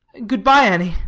good-bye, annie.